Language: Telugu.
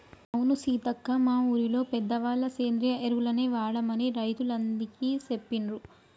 అవును సీతక్క మా ఊరిలో పెద్దవాళ్ళ సేంద్రియ ఎరువులనే వాడమని రైతులందికీ సెప్పిండ్రు